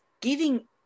giving